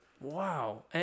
Wow